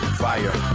fire